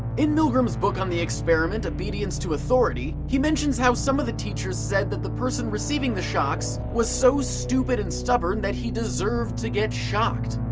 in milgram's book on the experiment, obedience to authority, he mentions how some of the teachers said that the person receiving the shocks was so stupid and stubborn he deserved to get shocked.